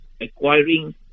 acquiring